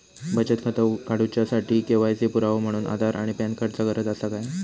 बचत खाता काडुच्या साठी के.वाय.सी पुरावो म्हणून आधार आणि पॅन कार्ड चा गरज आसा काय?